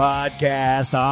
Podcast